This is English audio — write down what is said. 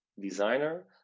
designer